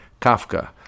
Kafka